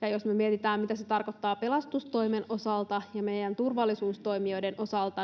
ja jos me mietitään, mitä se tarkoittaa pelastustoimen osalta ja meidän turvallisuustoimijoiden osalta,